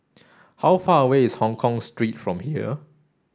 how far away is Hongkong Street from here